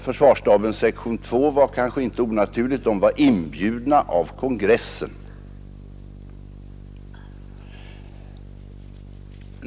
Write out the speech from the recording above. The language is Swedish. försvarsstabens sektion 2 var kanske inte onaturligt; de var inbjudna av av åsiktsregistrering kongressen.